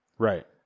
Right